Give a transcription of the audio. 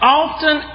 often